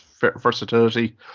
versatility